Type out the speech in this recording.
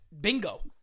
Bingo